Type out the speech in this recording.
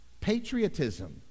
patriotism